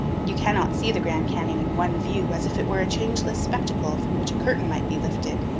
you cannot see the grand canyon in one view, as if it were a changeless spectacle from which a curtain might be lifted,